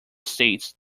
states